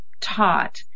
taught